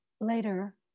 Later